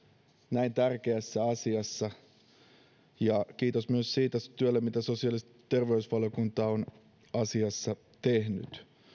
näin tärkeässä asiassa ja kiitos myös siitä työstä mitä sosiaali ja terveysvaliokunta on asiassa tehnyt